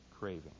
craving